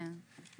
כן.